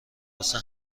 واسه